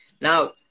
now